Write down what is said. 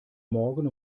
morgen